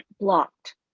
blocked